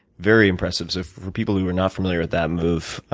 very impressive. so for people who are not familiar with that move,